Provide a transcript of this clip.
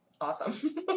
awesome